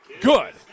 good